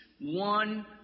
one